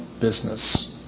business